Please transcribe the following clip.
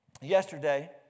Yesterday